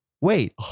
wait